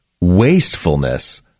wastefulness